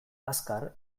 azkar